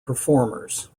performers